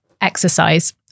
exercise